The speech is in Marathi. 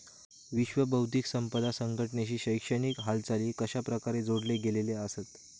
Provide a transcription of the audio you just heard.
विश्व बौद्धिक संपदा संघटनेशी शैक्षणिक हालचाली कशाप्रकारे जोडले गेलेले आसत?